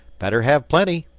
better have plenty.